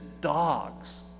dogs